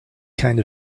kind